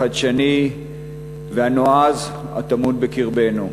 החדשני והנועז הטמון בקרבנו.